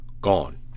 gone